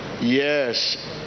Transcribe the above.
yes